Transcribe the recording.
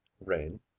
Rain